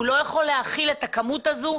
הוא לא יכול להכיל את הכמות הזו,